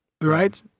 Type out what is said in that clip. right